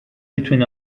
between